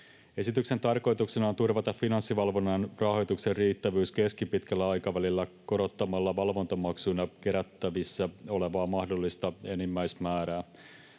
Esityksen tarkoituksena on turvata Finanssivalvonnan rahoituksen riittävyys keskipitkällä aikavälillä korottamalla valvontamaksuina kerättävissä olevaa mahdollista enimmäismäärää.